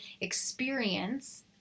experience